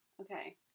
Okay